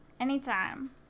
Anytime